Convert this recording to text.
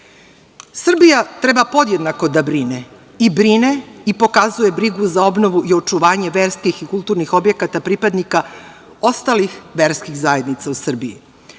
gori. Srbija treba podjednako da brine i brine i pokazuje brigu za obnovu i očuvanje verskih i kulturnih objekata pripadnika ostalih verskih zajednica u Srbiji.